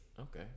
Okay